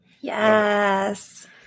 Yes